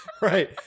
Right